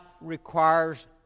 requires